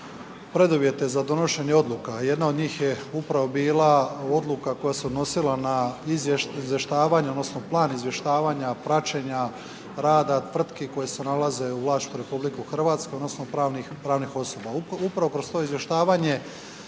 preduvjete za donošenje odluka a jedna od njih je upravo bila odluka koja se odnosila na izvještavanje, odnosno plan izvještavanja, praćenja rada tvrtki koje se nalaze u vlasništvu RH odnosno pravnih osoba. Upravo kroz to izvještavanje